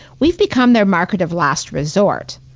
we've become their market of last resort.